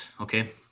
okay